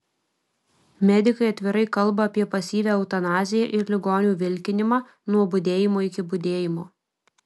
medikai atvirai kalba apie pasyvią eutanaziją ir ligonių vilkinimą nuo budėjimo iki budėjimo